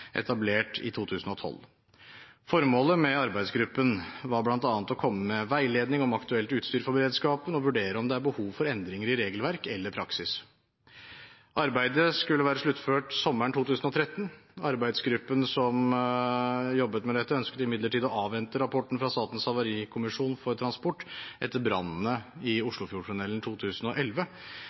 etablert i 2012. Formålet med arbeidsgruppen var bl.a. å komme med veiledning om aktuelt utstyr for beredskapen og vurdere om det er behov for endringer i regelverk eller praksis. Arbeidet skulle være sluttført sommeren 2013. Arbeidsgruppen som jobbet med dette, ønsket imidlertid å avvente rapporten fra Statens havarikommisjon for transport etter brannene i Oslofjordtunnelen 2011.